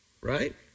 right